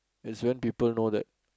it's when people know that